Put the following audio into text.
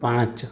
પાંચ